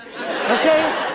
okay